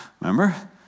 Remember